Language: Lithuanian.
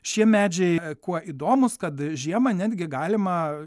šie medžiai kuo įdomūs kad žiemą netgi galima